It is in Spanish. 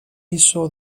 hizo